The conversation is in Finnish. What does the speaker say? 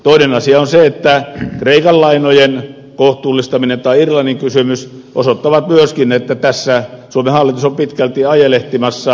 toinen asia on se että kreikan lainojen kohtuullistaminen ja irlannin kysymys osoittavat myöskin että tässä suomen hallitus on pitkälti ajelehtimassa